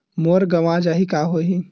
मोर गंवा जाहि का होही?